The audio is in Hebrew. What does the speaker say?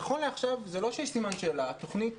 נכון לעכשיו היא לא בסימן שאלה אלא התוכנית